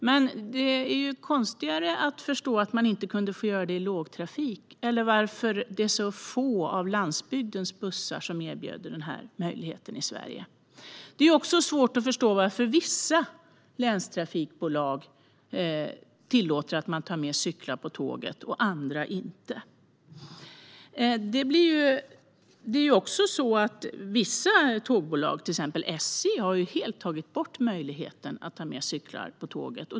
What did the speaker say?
Men det är svårare att förstå att man inte får göra det i lågtrafik eller varför det är så få av landsbygdens bussar som erbjuder den här möjligheten i Sverige. Det är också svårt att förstå varför vissa länstrafikbolag tillåter att man tar med cyklar på tåget och andra inte. Vissa tågbolag, till exempel SJ, har helt tagit bort möjligheten att ta med cyklar på tåget.